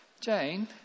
Jane